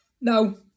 No